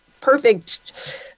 perfect